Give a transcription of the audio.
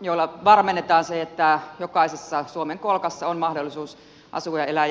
joilla varmennetaan se että jokaisessa suomen kolkassa on mahdollisuus asua elää ja opiskella